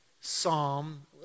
psalm